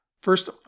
First